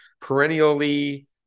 perennially